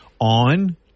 on